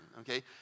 okay